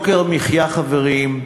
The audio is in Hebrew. את יוקר המחיה, חברים,